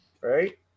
right